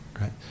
right